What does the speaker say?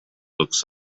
looks